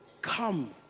come